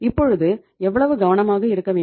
இப்பொழுது எவ்வளவு கவனமாக இருக்க வேண்டும்